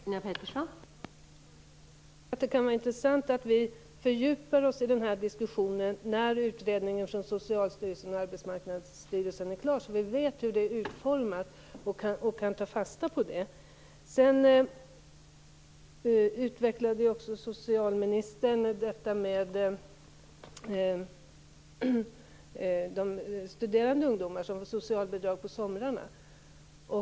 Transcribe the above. Fru talman! Det kan vara intressant att fördjupa sig i denna diskussion när utredningen från Socialstyrelsen och Arbetsmarknadsstyrelsen är klar och vi vet hur åtgärderna är utformade och kan ta fasta på det. Socialministern utvecklade också detta med studerande ungdomar som får socialbidrag på somrarna.